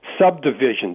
subdivisions